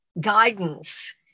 guidance